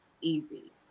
easy